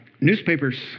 Newspapers